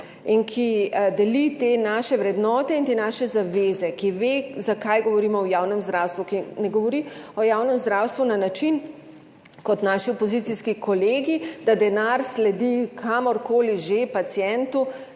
in ki deli te naše vrednote in te naše zaveze, ki ve, zakaj govorimo o javnem zdravstvu, ki ne govori o javnem zdravstvu na način, kot govorijo naši opozicijski kolegi, da denar sledi kamor koli že, pacientu,